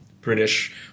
British